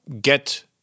get